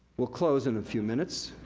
we'll close in a few minutes.